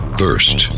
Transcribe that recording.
first